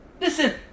Listen